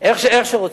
איך שרוצים.